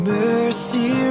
mercy